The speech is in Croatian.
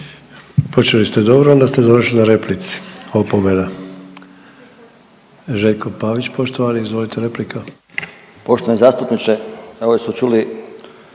Počeli ste dobro, onda ste završili na replici. Opomena. Željko Pavić poštovani, izvolite replika. **Pavić, Željko (Nezavisni)**